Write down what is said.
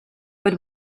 but